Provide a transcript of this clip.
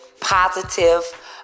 positive